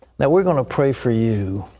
now we're going to pray for you.